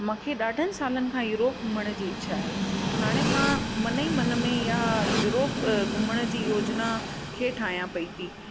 मूंखे ॾाढनि सालनि खां यूरोप घुमण जी इच्छा आहे हाणे मां मन ई मन में इहा यूरोप घुमण जी योजिना खे ठाहियां पेई थी